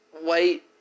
white